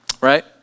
Right